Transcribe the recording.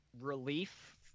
Relief